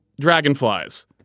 dragonflies